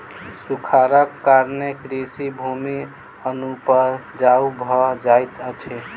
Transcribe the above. सूखाड़क कारणेँ कृषि भूमि अनुपजाऊ भ जाइत अछि